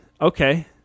okay